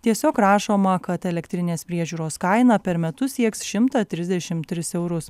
tiesiog rašoma kad elektrinės priežiūros kaina per metus sieks šimtą trisdešimt tris eurus